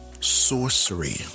Sorcery